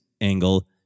angle